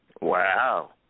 Wow